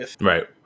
Right